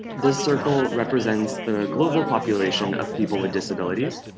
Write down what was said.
this circle represents the global population of people with disabilities.